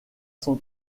son